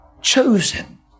chosen